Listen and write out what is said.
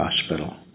hospital